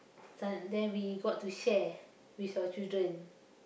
sun then we got to share with your children